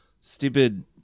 Stupid